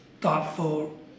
thoughtful